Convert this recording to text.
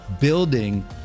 building